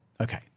Okay